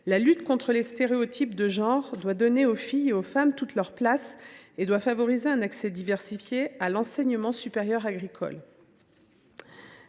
La lutte contre les stéréotypes de genre doit permettre de donner aux filles et aux femmes toute leur place et favoriser un accès diversifié à l’enseignement supérieur agricole.